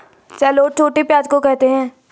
shallot छोटे प्याज़ को कहते है